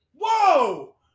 Whoa